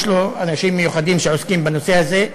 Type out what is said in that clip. יש לו אנשים מיוחדים שעוסקים בנושא הזה,